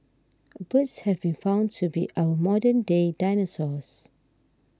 birds have been found to be our modern day dinosaurs